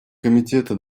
комитета